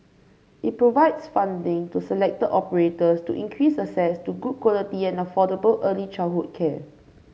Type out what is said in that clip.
it provides funding to selected operators to increase access to good quality and affordable early childhood care